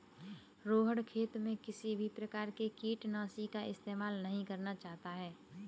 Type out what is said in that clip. रोहण खेत में किसी भी प्रकार के कीटनाशी का इस्तेमाल नहीं करना चाहता है